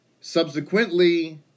subsequently